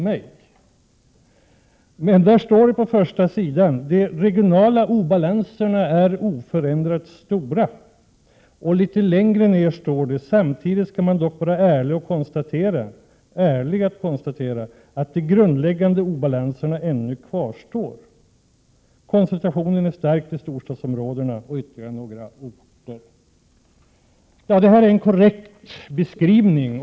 På första sidan av detta manuskript står följande: ”De regionala obalanserna är oförändrat stora.” Litet längre ned på sidan står det: ”Samtidigt ska man dock vara ärlig och konstatera att de grundläggande obalanserna ännu kvarstår. Koncentrationen är stark till storstadsområdena och ytterligare några orter.” Detta är en korrekt beskrivning.